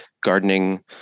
Gardening